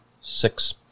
Six